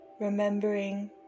remembering